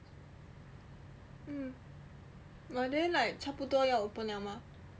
mm but then like 差不多要 open liao mah